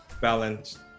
balanced